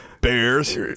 Bears